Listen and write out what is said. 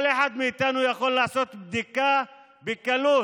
כל אחד מאיתנו יכול לעשות עכשיו בדיקה בקלות,